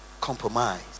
compromise